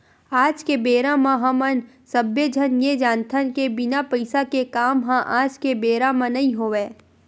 आज के बेरा म हमन सब्बे झन ये जानथन के बिना पइसा के काम ह आज के बेरा म नइ होवय